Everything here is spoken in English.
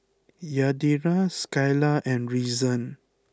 Yadira Skyla and Reason